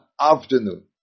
afternoon